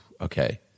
okay